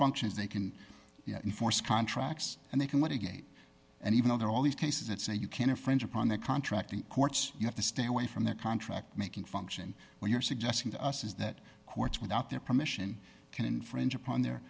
functions they can enforce contracts and they can mitigate and even though there are all these cases that say you can a french upon their contract courts you have to stay away from the contract making function when you're suggesting to us is that courts without their permission can infringe upon their